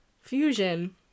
Fusion